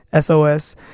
SOS